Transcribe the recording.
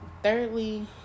Thirdly